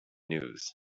news